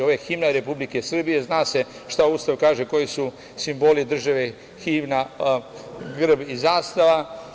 Ovo je himna Republike Srbije i zna se šta Ustav kaže koji su simboli države: himna, grb i zastava.